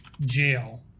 Jail